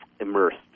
immersed